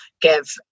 give